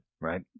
right